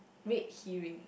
Reed Herring